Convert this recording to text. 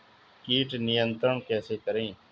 कीट नियंत्रण कैसे करें?